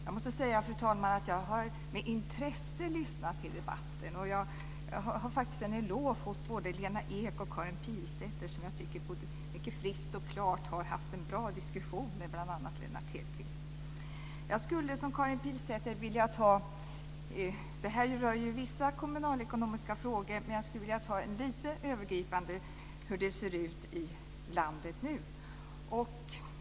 Jag måste säga att jag med intresse har lyssnat till debatten, och jag har faktiskt en eloge till både Lena Ek och Karin Pilsäter, vilka jag tycker på ett mycket friskt och klart sätt har haft en bra diskussion med bl.a. Lennart Hedquist. Detta rör ju vissa kommunalekonomiska frågor, men jag skulle lite övergripande vilja tala om hur det nu ser ut i landet.